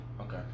okay